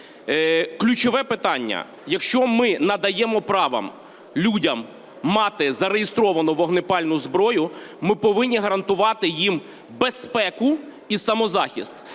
Ключове питання, якщо ми надаємо право людям мати зареєстровану вогнепальну зброю, ми повинні гарантувати їм безпеку і самозахист.